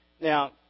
Now